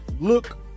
look